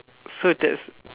so that's